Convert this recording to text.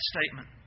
statement